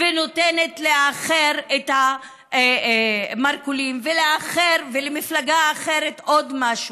ונותנת לאחר את המרכולים, ולמפלגה אחרת עוד משהו,